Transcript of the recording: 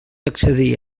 accedir